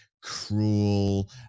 cruel